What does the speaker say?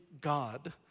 God